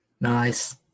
Nice